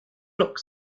looked